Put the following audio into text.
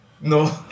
No